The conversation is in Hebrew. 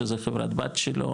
שזה חברת בת שלו,